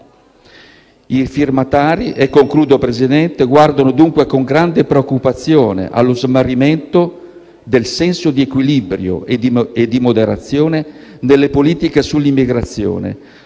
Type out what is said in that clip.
I firmatari guardano dunque con grande preoccupazione allo smarrimento del senso di equilibrio e di moderazione nelle politiche sull'immigrazione,